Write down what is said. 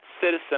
citizen –